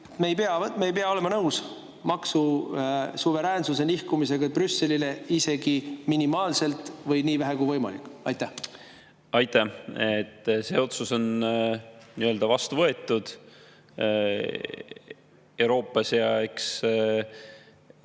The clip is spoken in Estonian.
Me ei pea olema nõus maksusuveräänsuse nihkumisega Brüsselile isegi minimaalselt või nii vähe kui võimalik. Aitäh! See otsus on vastu võetud Euroopas ja eks